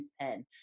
End